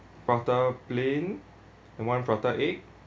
paratha plain and one paratha egg